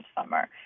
summer